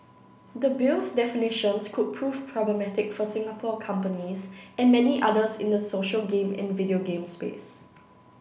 the Bill's definitions could prove problematic for Singapore companies and many others in the social game and video game space